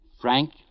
Frank